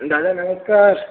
दादा नमस्कार